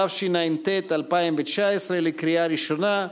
התשע"ט 2019, לקריאה ראשונה.